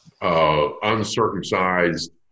uncircumcised